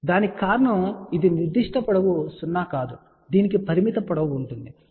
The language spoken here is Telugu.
దానికి కారణం ఇది నిర్దిష్ట పొడవు 0 కాదు దీనికి పరిమిత పొడవు ఉంటుంది సరే